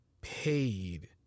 paid